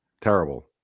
terrible